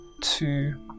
two